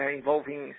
involving